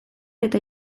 eta